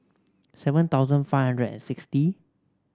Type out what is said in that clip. seven thousand five and sixty